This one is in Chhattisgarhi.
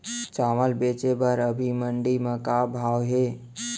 चांवल बेचे बर अभी मंडी म का भाव हे?